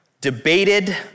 debated